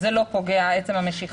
זה לא פוגע עצם המשיכה.